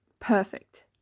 perfect